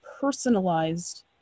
personalized